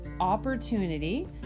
opportunity